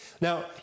Now